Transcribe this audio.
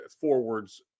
forwards